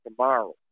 tomorrow